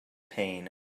pain